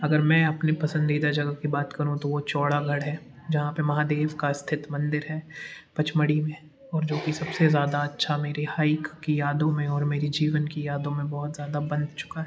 अगर मैं अपनी पसंदीदा जगह की बात करूँ तो वो चौरागढ़ है जहाँ पर महादेव का स्थित मंदिर है पचमढ़ी में और जो कि सब से ज़्यादा अच्छा मेरे हाइक की यादों में और मेरी जीवन की यादों में बहुत ज़्यादा बंध चुका है